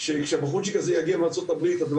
כשהבחור הזה יגיע מארצות הברית הדבר